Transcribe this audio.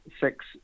six